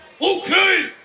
Okay